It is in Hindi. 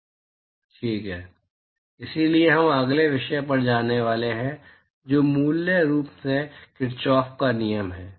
ठीक है इसलिए हम अगले विषय पर जाने वाले हैं जो मूल रूप से किरचॉफ का नियम है